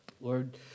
Lord